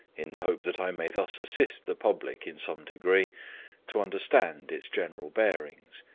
in the hope that i may thus assist the public in some degree to understand its general bearings,